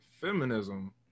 feminism